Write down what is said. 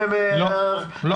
לא.